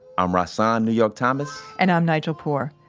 i'm rahsaan new york thomas and i'm nigel poor.